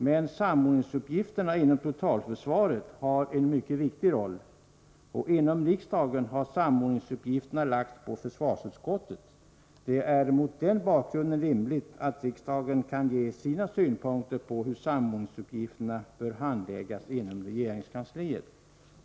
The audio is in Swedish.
Men samordningsuppgifterna inom totalförsvaret har en mycket viktig roll, och inom riksdagen har samordningsuppgifterna lagts på försvarsutskottet. Det är mot den bakgrunden rimligt att riksdagen kan ge sina synpunkter på hur samordningsuppgifterna bör handläggas inom regeringskansliet.